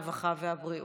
הרווחה והבריאות.